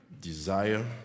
desire